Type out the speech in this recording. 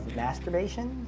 masturbation